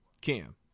Cam